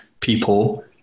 people